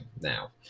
now